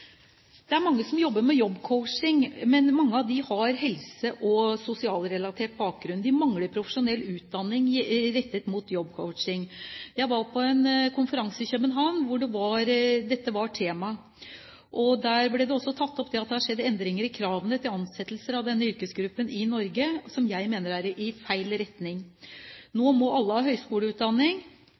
Det er mange som jobber med jobb-coaching, men mange av dem har helse- og sosialrelatert faglig bakgrunn. De mangler profesjonell utdanning rettet mot jobb-coaching. Jeg var på en konferanse i København der dette var tema. Der ble det tatt opp at det er skjedd endringer – som jeg mener går i feil retning – i kravene til ansettelse for denne yrkesgruppen i Norge. Nå må alle ha høyskoleutdanning, og det kan virke noe feil.